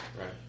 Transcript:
Right